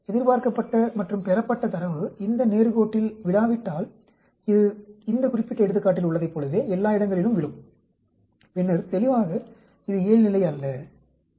எதிர்பார்க்கப்பட்ட மற்றும் பெறப்பட்ட தரவு இந்த நேர் கோட்டில் விழாவிட்டால் இது இந்த குறிப்பிட்ட எடுத்துக்காட்டில் உள்ளதைப் போலவே எல்லா இடங்களிலும் விழும் பின்னர் தெளிவாக இது இயல்நிலை அல்ல p மதிப்பு 0